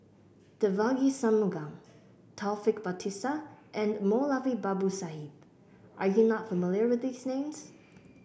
Devagi Sanmugam Taufik Batisah and Moulavi Babu Sahib are you not familiar with these names